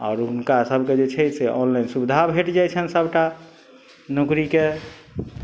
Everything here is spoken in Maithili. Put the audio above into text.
आओर हुनका सबके जे छै से ऑनलाइन सुविधा भेट जाइ छनि सबटा नौकरीके